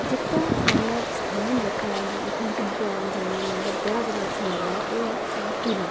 जेह्का मतलब स्थान जेह्का ऐ जित्थै मिगी बड़ा जाना मतलब बड़ा जैदा अच्छा लगदा ऐ ओह् ऐ साढ़ा किला